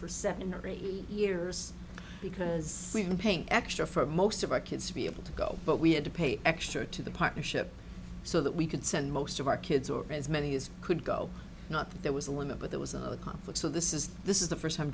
for seven or eight years because we've been paying extra for most of our kids to be able to go but we had to pay extra to the partnership so that we could send most of our kids or as many as could go not that there was a limit but there was a conflict so this is this is the first time